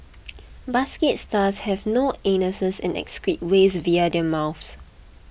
basket stars have no anuses and excrete waste via their mouths